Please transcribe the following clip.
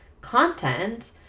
content